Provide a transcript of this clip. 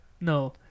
No